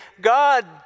God